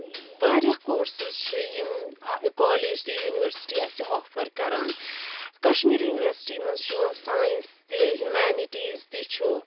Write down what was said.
وارِیاہ کورسِز چھ یِم کالیج تہٕ یونِیوَرسِٹی اَسہِ آفَر کَران کَشمیٖر یونِیورسِٹی منٛز چھِ یِوان ساینَس تہِ ہیومنٹیٖز تہِ چھُ